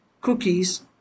Cookies